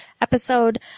episode